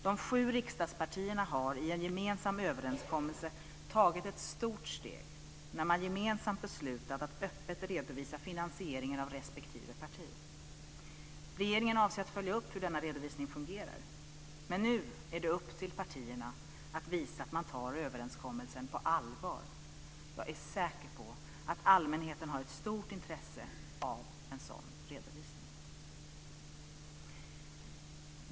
De sju riksdagspartierna har i en gemensam överenskommelse tagit ett stort steg när man gemensamt beslutade att öppet redovisa finansieringen av respektive parti. Regeringen avser att följa upp hur denna redovisning fungerar, men nu är det upp till partierna att visa att man tar överenskommelsen på allvar. Jag är säker på att allmänheten har ett stort intresse av en sådan redovisning.